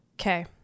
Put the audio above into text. Okay